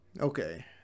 okay